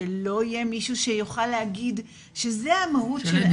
שלא יהיה מישהו שיוכל להגיד שזו המהות -- מיכל,